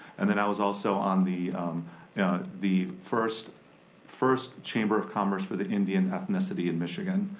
and then i was also on the the first first chamber of commerce for the indian ethnicity in michigan,